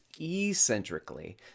eccentrically